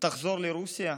תחזור לרוסיה.